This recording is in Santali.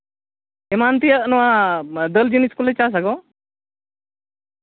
ᱮᱢᱟᱱ ᱛᱮᱭᱟᱜ ᱱᱚᱣᱟ ᱫᱟᱹᱞ ᱡᱤᱱᱤᱥ ᱠᱚᱞᱮ ᱪᱟᱥᱟ ᱜᱚ